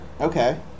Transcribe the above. Okay